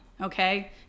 okay